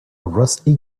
rusty